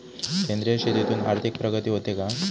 सेंद्रिय शेतीतून आर्थिक प्रगती होते का?